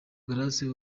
grace